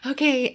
Okay